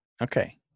okay